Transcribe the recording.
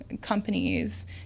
companies